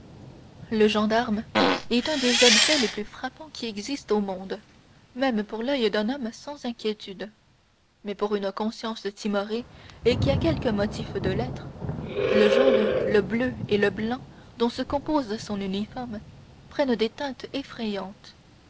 le gendarme est un des objets les plus frappants qui existent au monde même pour l'oeil d'un homme sans inquiétude mais pour une conscience timorée et qui a quelque motif de l'être le jaune le bleu et le blanc dont se compose son uniforme prennent des teintes effrayantes